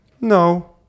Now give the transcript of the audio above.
No